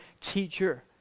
teacher